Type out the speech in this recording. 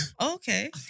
Okay